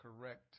correct